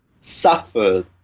suffered